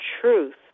truth